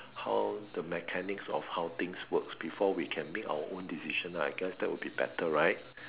how the mechanics of how things work before we can make our own decision I guess that will be better right